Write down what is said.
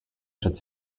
should